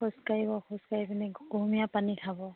খোজকাঢ়িব খোজকাঢ়ি পিনে কুহুমীয়া পানী খাব